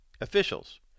officials